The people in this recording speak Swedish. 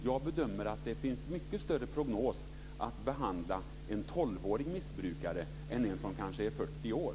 Jag bedömer att prognosen är mycket bättre när det gäller att behandla en 12-årig missbrukare jämfört med hur det är med en missbrukare som kanske är 40 år.